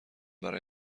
برای